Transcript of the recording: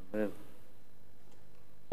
תודה.